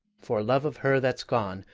for love of her that's gone,